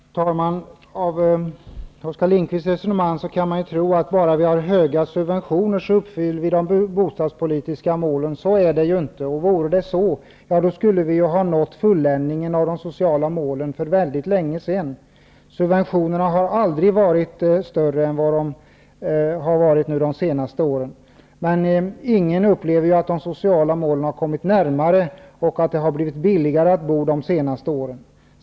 Fru talman! Av Oskar Lindkvists resonemang kan man tro, att om vi bara har höga subventioner uppfyller vi de bostadspolitiska målen. Så är det ju inte. Om det vore så, skulle vi ha nått fulländningen av de sociala målen för mycket länge sedan. Subventionerna har aldrig varit större än under de senaste åren. Ingen upplever ju att de sociala målen har kommit närmare och att det har blivit billigare att bo de senaste åren.